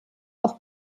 auch